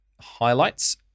highlights